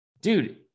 dude